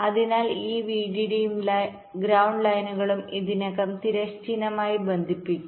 അതിനാൽ ഈ വിഡിഡിയും ഗ്രൌണ്ട് ലൈനുകളും ഇതിനകം തിരശ്ചീനമായി ബന്ധിപ്പിച്ചിരിക്കുന്നു